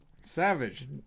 Savage